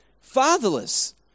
fatherless